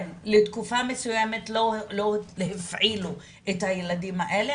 לתקופה מסוימת לא הפעילו את הילדים האלה.